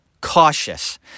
Cautious